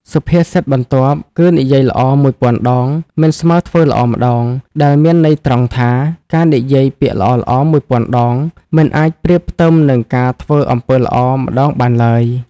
សុភាសិតបន្ទាប់គឺ និយាយល្អមួយពាន់ដង មិនស្មើធ្វើល្អម្តង ដែលមានន័យត្រង់ថា ការនិយាយពាក្យល្អៗមួយពាន់ដង មិនអាចប្រៀបផ្ទឹមនឹងការធ្វើអំពើល្អម្តងបានឡើយ។